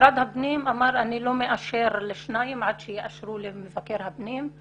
משרד הפנים אמר שהוא לא מאשר לשניים עד שיאשרו למבקר הפנים.